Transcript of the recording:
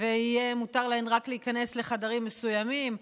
ויהיה מותר להן להיכנס רק לחדרים מסוימים.